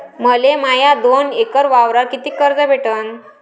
मले माया दोन एकर वावरावर कितीक कर्ज भेटन?